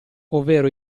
ovvero